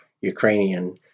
Ukrainian